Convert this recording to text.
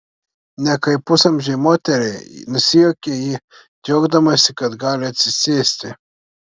ne kaip pusamžei moteriai nusijuokia ji džiaugdamasi kad gali atsisėsti